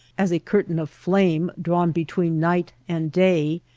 as a curtain of flame drawn between night and day,